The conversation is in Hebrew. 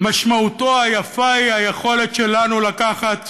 משמעותה היפה היא היכולת שלנו לקחת